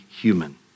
human